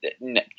No